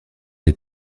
les